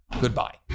goodbye